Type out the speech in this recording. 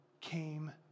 came